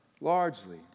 largely